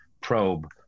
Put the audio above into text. probe